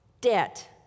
debt